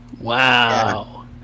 Wow